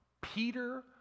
Peter